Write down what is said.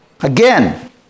again